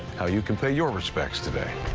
you can pay your respects today.